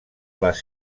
les